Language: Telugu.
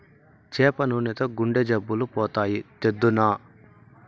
చేప నూనెతో గుండె జబ్బులు పోతాయి, తెద్దునా